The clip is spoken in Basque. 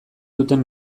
duten